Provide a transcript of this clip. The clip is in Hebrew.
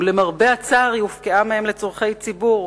ולמרבה הצער היא הופקעה מהם לצורכי ציבור.